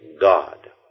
God